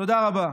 תודה רבה.